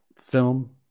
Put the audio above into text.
film